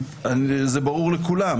זה ברור לכולם